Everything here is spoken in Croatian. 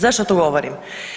Zašto to govorim?